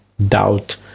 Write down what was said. doubt